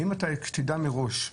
האם אתה תדע מראש,